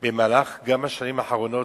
גם במהלך השנים האחרונות,